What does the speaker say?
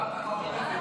חמש